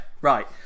right